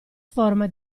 forma